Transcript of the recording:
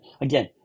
Again